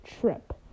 trip